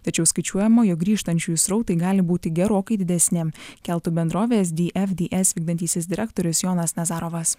tačiau skaičiuojama jog grįžtančiųjų srautai gali būti gerokai didesni keltų bendrovės dfds vykdantysis direktorius jonas nazarovas